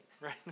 right